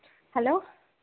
hello